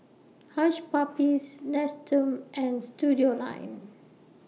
Hush Puppies Nestum and Studioline